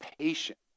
patient